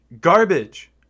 garbage